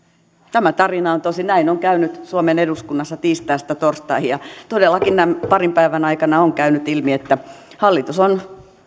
tämä tarina on tosi näin on käynyt suomen eduskunnassa tiistaista torstaihin ja todellakin näiden parin päivän aikana on käynyt ilmi että hallitus on